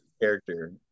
character